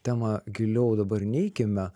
temą giliau dabar neikime